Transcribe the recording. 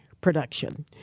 production